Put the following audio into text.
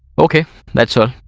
okay that's ah